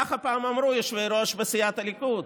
ככה פעם אמרו יושבי-ראש בסיעת הליכוד: